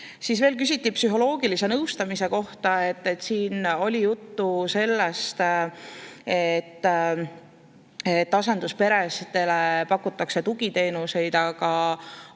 kasutata. Küsiti ka psühholoogilise nõustamise kohta. Oli juttu sellest, et asendusperedele pakutakse tugiteenuseid, aga